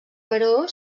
però